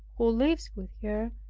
who lives with her,